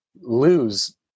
lose